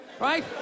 right